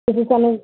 ਤੁਸੀਂ ਸਾਨੂੰ